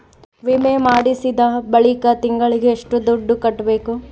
ವಿಮೆ ಮಾಡಿಸಿದ ಬಳಿಕ ತಿಂಗಳಿಗೆ ಎಷ್ಟು ದುಡ್ಡು ಕಟ್ಟಬೇಕು?